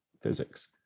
physics